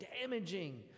damaging